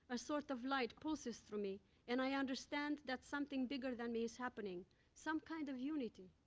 a sort of light, pulses through me and i understand that something bigger than me is happening some kind of unity.